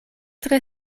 tre